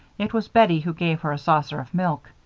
it was bettie who gave her a saucer of milk.